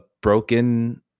broken